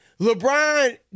LeBron